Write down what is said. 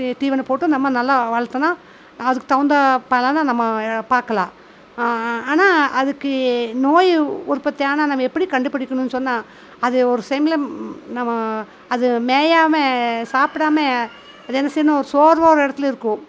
தீவனம் போட்டு நம்ம நல்லா வளர்த்தோனா அதுக்கு தகுந்த பலனை நம்ம பார்க்கலாம் ஆனால் அதுக்கு நோய் உற்பத்தி ஆனால் நம்ப எப்படி கண்டுபிடிக்குனு சொன்னால் அது ஒரு செம்லம் நம்ம அது மேயாமல் சாப்பிடாம அதை என்ன செய்யுன்னு சோர்வாக ஒரு இடத்துல இருக்கும்